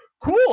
cool